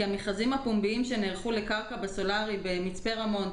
המכרזים הפומביים שנערכו לקרקע בסולארי במצפה רמון,